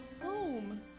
home